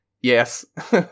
Yes